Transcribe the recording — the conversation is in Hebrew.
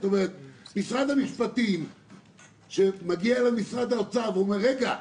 משרד המשפטים מגיע למשרד האוצר ואומר: רגע,